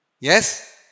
Yes